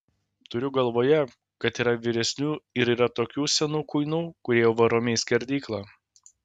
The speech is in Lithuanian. turiu galvoje kad yra vyresnių ir yra tokių senų kuinų kurie jau varomi į skerdyklą